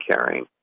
caring